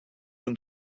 toen